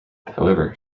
however